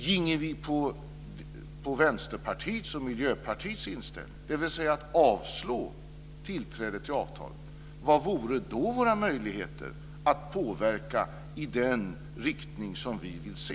Ginge vi på Vänsterpartiets och Miljöpartiets inställning, dvs. att avslå tillträde till avtal, vad vore då våra möjligheter att påverka i den riktning som vi vill se?